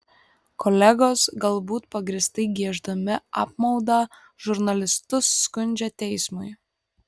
kolegos galbūt pagrįstai gieždami apmaudą žurnalistus skundžia teismui